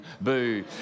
boo